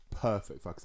perfect